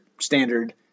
standard